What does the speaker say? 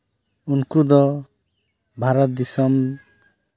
ᱩᱱᱠᱩ ᱫᱚ ᱵᱷᱟᱨᱚᱛ ᱫᱤᱥᱚᱢ